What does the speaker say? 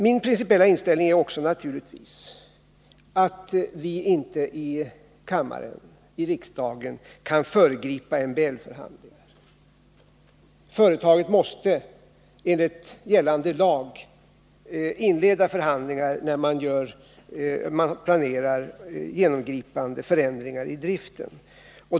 Min principiella inställning är också naturligtvis att vi inte i riksdagen kan föregripa MBL-förhandlingar. Företagen måste enligt gällande lag inleda förhandlingar när man planerar genomgripande förändringar i driften.